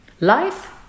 Life